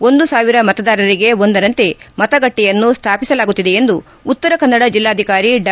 ಒಂದು ಸಾವಿರ ಮತದಾರಿಗೆ ಒಂದರಂತೆ ಮತಗಟ್ಟೆಯನ್ನು ಸ್ಥಾಪಿಸಲಾಗುತ್ತಿದೆ ಎಂದು ಉತ್ತರ ಕನ್ನಡ ಜಿಲ್ಲಾಧಿಕಾರಿ ಡಾ